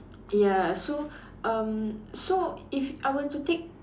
ya so um so if I were to take